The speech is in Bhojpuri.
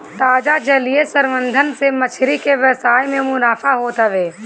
ताजा जलीय संवर्धन से मछरी के व्यवसाय में मुनाफा होत हवे